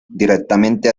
directamente